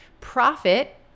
Profit